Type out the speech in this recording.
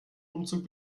umzug